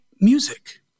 music